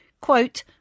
quote